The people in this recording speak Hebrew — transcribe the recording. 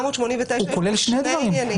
הוא כולל שני דברים.